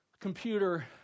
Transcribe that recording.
Computer